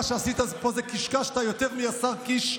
מה שעשית פה זה קשקשת יותר מהשר קיש,